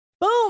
boom